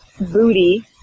Booty